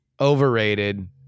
Overrated